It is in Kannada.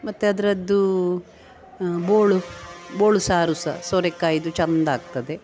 ಮತ್ತು ಅದರದ್ದು ಬೋಳು ಬೋಳು ಸಾರು ಸಹ ಸೋರೆಕಾಯಿಯದು ಚಂದ ಆಗ್ತದೆ